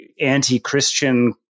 anti-Christian